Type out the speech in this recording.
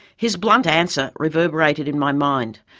his blunt answer reverberated in my mind.